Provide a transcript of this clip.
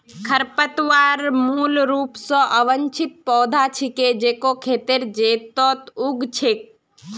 खरपतवार मूल रूप स अवांछित पौधा छिके जेको खेतेर खेतत उग छेक